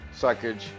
Suckage